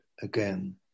again